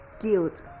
guilt